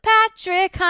Patrick